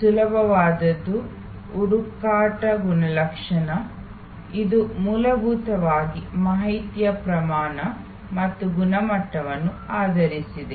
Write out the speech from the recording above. ಸುಲಭವಾದದ್ದು ಹುಡುಕಾಟ ಗುಣಲಕ್ಷಣ ಇದು ಮೂಲಭೂತವಾಗಿ ಮಾಹಿತಿಯ ಪ್ರಮಾಣ ಮತ್ತು ಗುಣಮಟ್ಟವನ್ನು ಆಧರಿಸಿದೆ